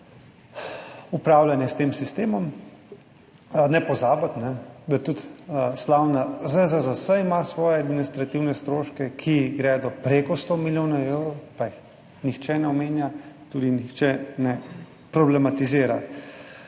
upravljanje s tem sistemom. Ne pozabiti, da ima tudi slavna ZZZS svoje administrativne stroške, ki gredo prek 100 milijonov evrov, pa jih nihče ne omenja, tudi nihče ne problematizira.